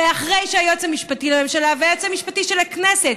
ואחרי שהיועץ המשפטי לממשלה והיועץ המשפטי של הכנסת,